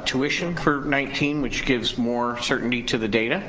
tuition for nineteen which gives more certainty to the data,